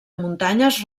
muntanyes